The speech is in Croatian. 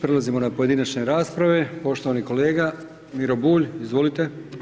Prelazimo na pojedinačne rasprave, poštovani kolega Miro Bulj, izvolite.